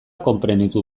konprenitu